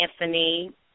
Anthony